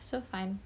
so fun